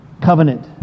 covenant